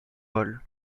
vol